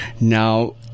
Now